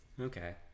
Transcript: Okay